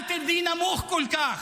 אל תרדי נמוך כל כך.